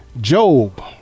Job